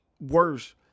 worse